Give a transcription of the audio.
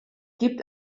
gibt